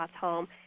home